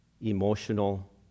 emotional